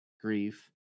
grief